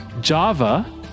Java